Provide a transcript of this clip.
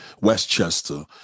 Westchester